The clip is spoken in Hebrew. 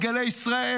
את גלי ישראל,